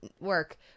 work